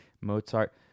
Mozart